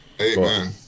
Amen